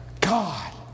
God